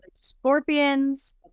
scorpions